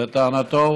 לטענתו,